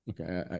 okay